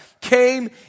came